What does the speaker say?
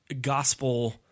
gospel